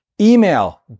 Email